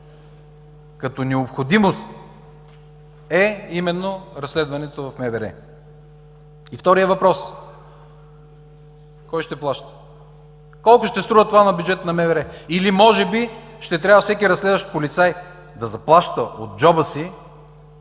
като необходимост е именно разследването в МВР. Вторият въпрос: кой ще плаща? Колко ще струва това на бюджета на МВР? Или може би ще трябва всеки разследващ полицай да заплаща от джоба си